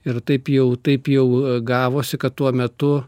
ir taip jau taip jau gavosi kad tuo metu